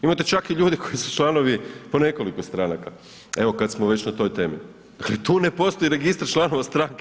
Imate čak i ljude koji su članovi po nekoliko stranaka, evo kad smo već na toj temi, ali tu ne postoji registar članova stranke.